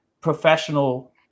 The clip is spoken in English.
professional